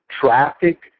traffic